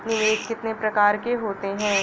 निवेश कितनी प्रकार के होते हैं?